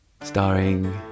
Starring